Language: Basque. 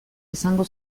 izango